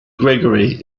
gregory